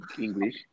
English